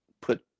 put